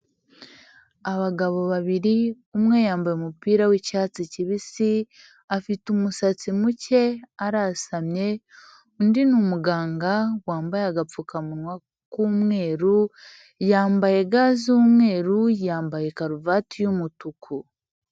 Abagabo babiri umwe yambaye umupira w'icyatsi kibisi afite umusatsi muke arasamye, undi ni umuganga wambaye agapfukamunwa k'umweru yambaye ga z'umweru yambaye karuvati y'umutuku.